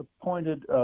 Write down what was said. appointed